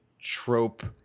trope